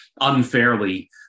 unfairly